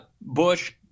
Bush